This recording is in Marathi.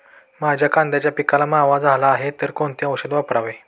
माझ्या कांद्याच्या पिकाला मावा झाला आहे तर कोणते औषध वापरावे?